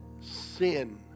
sin